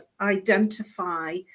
identify